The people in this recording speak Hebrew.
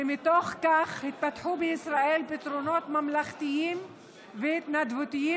ומתוך כך התפתחו בישראל פתרונות ממלכתיים והתנדבותיים